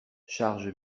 charge